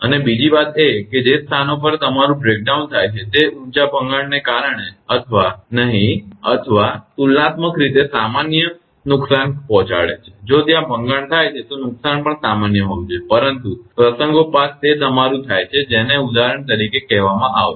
અને બીજી વાત એ છે કે જે સ્થાનો પર તમારું ભંગાણ થાય છે તે ઊંચા ભંગાણને કારણે અથવા નહીં અથવા તુલનાત્મક રીતે સામાન્ય નુકસાન પહોંચાડે છે જો ત્યાં ભંગાણ થાય છે તો નુકસાન પણ સામાન્ય હોવું જોઈએ પરંતુ પ્રસંગોપાત તે તમારું થાય છે જેને ઉદાહરણ તરીકે કહેવામાં આવશે